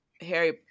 Harry